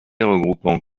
regroupant